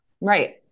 right